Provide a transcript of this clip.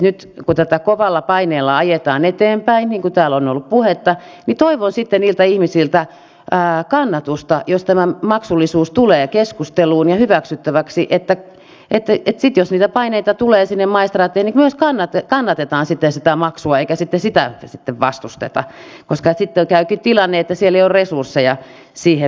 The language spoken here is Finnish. nyt kun tätä kovalla paineella ajetaan eteenpäin niin kuin täällä on ollut puhetta niin toivon niiltä ihmisiltä kannatusta sitten jos tämä maksullisuus tulee keskusteluun ja hyväksyttäväksi niin että jos niitä paineita sitten tulee sinne maistraattiin niin myös kannatetaan sitä maksua eikä sitä sitten vastusteta koska silloin tuleekin tilanne että siellä ei ole resursseja siihen vihkimiseen